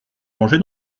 mangé